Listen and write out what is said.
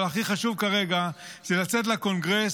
אבל הכי חשוב כרגע הוא לצאת לקונגרס,